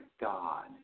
God